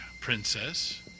princess